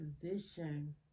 position